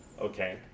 Okay